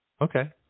Okay